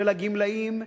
של הגמלאים,